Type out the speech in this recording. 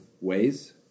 ways